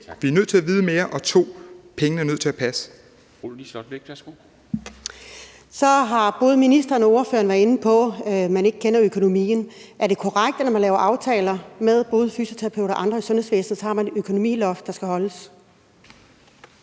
Liselott Blixt, værsgo. Kl. 10:21 Liselott Blixt (DF): Så har både ministeren og ordføreren været inde på, at man ikke kender økonomien. Er det korrekt, at man, når man laver aftaler med både fysioterapeuter og andre i sundhedsvæsenet, har et økonomiloft, der skal holdes?